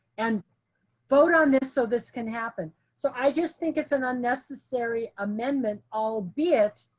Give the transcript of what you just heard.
and vote on this so this can happen. so i just think it's an unnecessary amendment albeit.